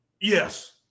Yes